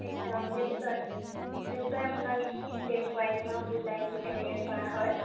ঠিক আছে অঁ নিশ্চয় নিশ্চয় আপোনাক দেখুৱাই দিম আৰু বুজাই দিম কেনেকৈ কৰা হয়